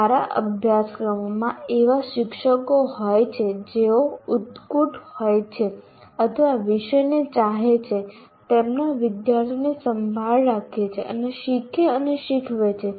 સારા અભ્યાસક્રમોમાં એવા શિક્ષકો હોય છે જેઓ ઉત્કટ હોય છે અથવા વિષયને ચાહે છે તેમના વિદ્યાર્થીઓની સંભાળ રાખે છે અને શીખે અને શીખવે છે